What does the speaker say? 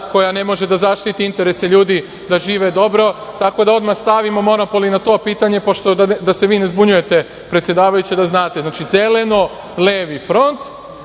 koja ne može da zaštiti interese ljudi da žive dobro, tako da odmah stavimo monopol i na to pitanje da se vi ne zbunjujete predsedavajuća i da znate. Znači, Zeleno levi front,